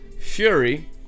fury